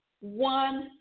one